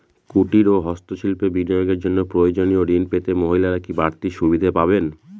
কুটীর ও হস্ত শিল্পে বিনিয়োগের জন্য প্রয়োজনীয় ঋণ পেতে মহিলারা কি বাড়তি সুবিধে পাবেন?